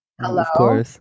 Hello